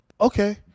Okay